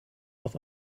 auf